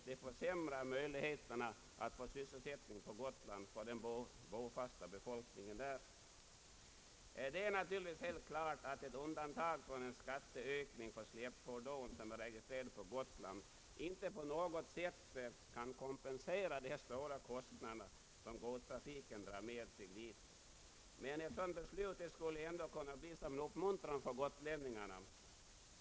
Det försämrar möjligheterna för den befolkning som är bosatt på ön att få sysselsättning. Det är naturligtvis helt klart att ett undantag från skatteökning för släpfordon registrerade på Gotland inte på något sätt kan kompensera de höga kostnader som godstrafiken dit dras med, men ett sådant beslut skulle ändock bli en uppmuntran för gotlänningarna.